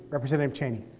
representative cheney.